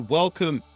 welcome